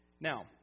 Now